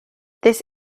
this